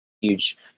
huge